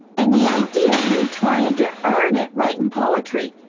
an' the idea of you tryin' to earn it writin' poetry.